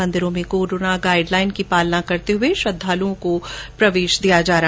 मंदिरों में corona guideline की पालना करते हुये श्रद्वालुओं को प्रवेश दिया गया